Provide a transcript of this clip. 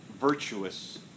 virtuous